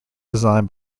design